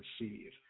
receive